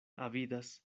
avidas